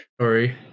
Sorry